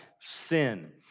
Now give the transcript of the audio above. sin